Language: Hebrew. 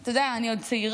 אתה יודע, אני עוד צעירה,